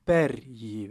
per jį